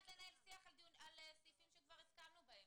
לנהל שיח על סעיפים שכבר הסכמנו בהם.